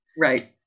right